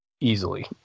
easily